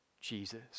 Jesus